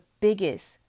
biggest